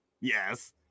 Yes